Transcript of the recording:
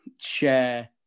share